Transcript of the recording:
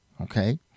okay